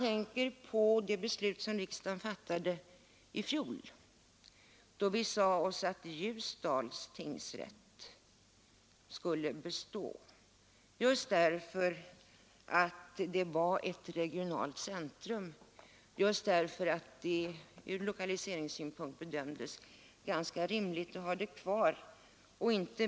I fjol beslöt riksdagen att beslutet om indragning av Ljusdals tingsrätt skulle omprövas, just därför att Ljusdal är ett regioncentrum och att det ur lokaliseringssynpunkt bedömdes som lämpligt att ha tingsrätten kvar.